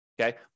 Okay